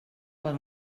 per